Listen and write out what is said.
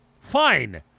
Fine